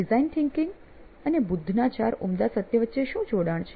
design thinking અને બુદ્ધના ચાર ઉમદા સત્ય વચ્ચે શું જોડાણ છે